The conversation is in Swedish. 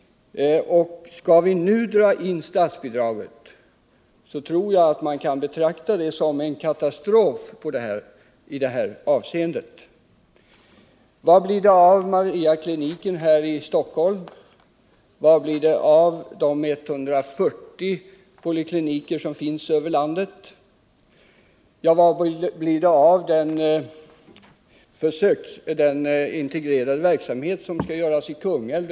Skall vi nu dra in statsbidraget, så tror jag att man kan betrakta det som en katastrof. Vad blir det av Mariapolikliniken här i Stockholm? Vad blir det av de 140 polikliniker som finns över landet? Vad blir det av den integrerade verksamhet som skall startas i Kungälv?